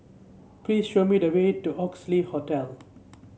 please show me the way to Oxley Hotel